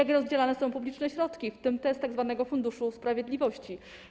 Jak rozdzielane są publiczne środki, w tym te z tzw. Funduszu Sprawiedliwości?